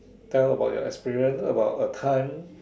tell about your experience about a time